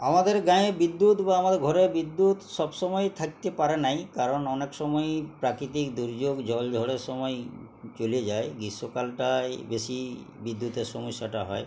আমাদের গাঁয়ে বিদ্যুৎ বা আমাদের ঘরে বিদ্যুৎ সব সময় থাকতে পারে নাই কারণ অনেক সময়ই প্রাকৃতিক দুর্যোগ জল ঝড়ের সময় চলে যায় গ্রীষ্মকালটায় বেশি বিদ্যুতের সমস্যাটা হয়